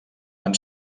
van